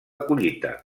collita